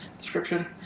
description